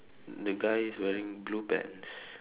the guy's wearing blue pants